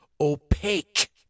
opaque